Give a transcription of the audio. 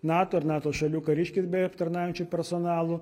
nato ir nato šalių kariškiais bei aptarnaujančiu personalu